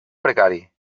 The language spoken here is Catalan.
precari